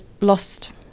lost